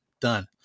Done